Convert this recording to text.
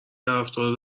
طرفدار